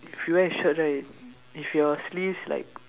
if you wear shirt right if your sleeve like